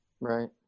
Right